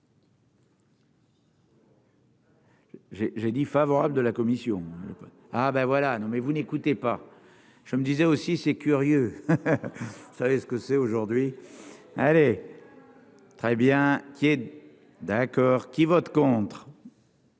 j'ai dit favorable de la commission ah ben voilà, non mais vous n'écoutez pas, je me disais aussi c'est curieux, vous savez ce que c'est, aujourd'hui, elle est très bien qu'il est d'accord, qui vote contre